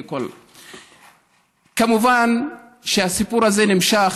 מובן שהסיפור הזה נמשך,